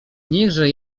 niechże